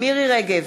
מירי רגב,